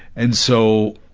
and so,